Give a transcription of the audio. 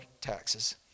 taxes